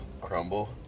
crumble